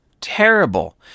terrible